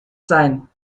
sein